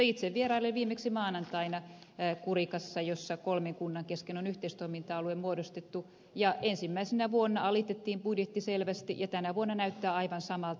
itse vierailin viimeksi maanantaina kurikassa jossa kolmen kunnan kesken on yhteistoiminta alue muodostettu ja ensimmäisenä vuonna alitettiin budjetti selvästi ja tänä vuonna näyttää aivan samalta